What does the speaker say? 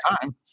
time